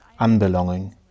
unbelonging